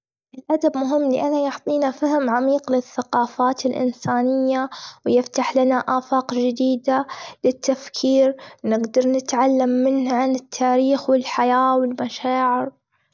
الأدب مهم لأنه يحطينا فهم عميق لثقافات الإنسانية ،ويفتح لنا آفاك جديدة لتفكير نجدر نتعلم منها لتاريخ والحياة والمشاعر.